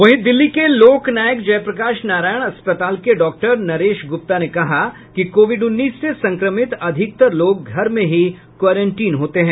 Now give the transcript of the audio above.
वहीं दिल्ली के लोक नायक जयप्रकाश नारायण अस्पताल के डॉक्टर नरेश गूप्ता ने कहा कि कोविड उन्नीस से संक्रमित अधिकतर लोग घर में ही क्वारंटीन होते हैं